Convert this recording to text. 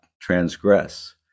transgress